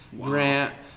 grant